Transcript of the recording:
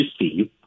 receive